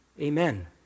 Amen